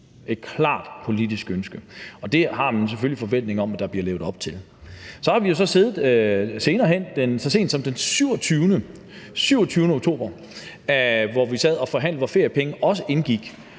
et klart politisk ønske! Og det har man selvfølgelig en forventning om at der bliver levet op til. Så har vi så siddet og forhandlet så sent som den 27. oktober, hvor feriepengene også indgik,